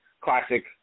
Classic